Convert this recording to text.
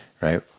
right